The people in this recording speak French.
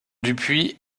dupuis